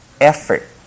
effort